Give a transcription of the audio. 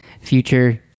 future